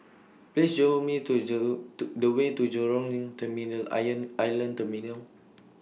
Please Show Me to The Way to Jurong Terminal iron Island Terminal